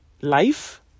life